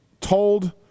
told